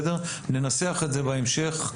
ננסח את זה בהמשך.